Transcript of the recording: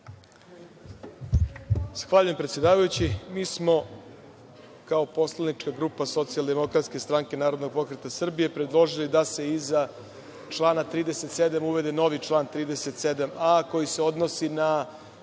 Zahvaljujem predsedavajući. Mi smo kao poslanička grupa Socijaldemokratske stranke narodnog pokreta Srbije predložili da se iza člana 37. uvede novi član 37a koji se odnosi na